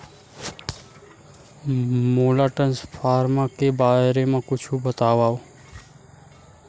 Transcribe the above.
मोला ट्रान्सफर के बारे मा कुछु बतावव?